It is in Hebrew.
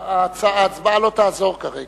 הצבעה לא תעזור כרגע.